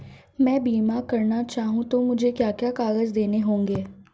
मैं बीमा करना चाहूं तो मुझे क्या क्या कागज़ देने होंगे?